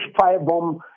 firebomb